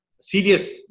serious